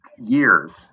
years